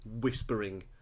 whispering